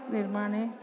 निर्माणे